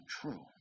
true